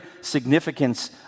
significance